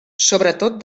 sobretot